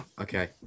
Okay